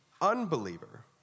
unbeliever